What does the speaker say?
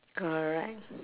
correct